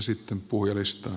sitten puhujalistaan